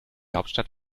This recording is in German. hauptstadt